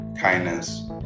Kindness